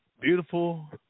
beautiful